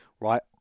right